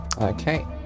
Okay